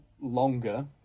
longer